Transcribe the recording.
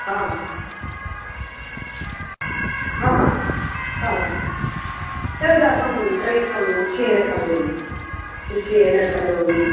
तदहम् प्रयत्नं निश्चयेन करोमि निश्चयेन करोमि